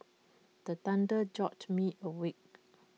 the thunder jolt me awake